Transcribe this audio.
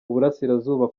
uburasirazuba